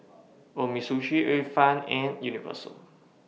Umisushi Ifan and Universal